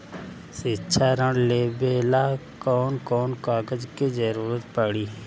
शिक्षा ऋण लेवेला कौन कौन कागज के जरुरत पड़ी?